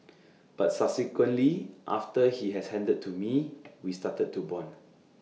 but subsequently after he has handed to me we started to Bond